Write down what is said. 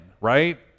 right